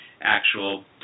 actual